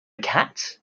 cat